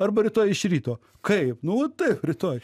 arba rytoj iš ryto kaip nu va taip rytoj